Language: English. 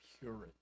purity